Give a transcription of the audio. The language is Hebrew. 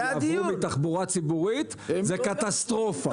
אם הם יעברו מתחבורה ציבורית זה קטסטרופה.